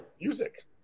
Music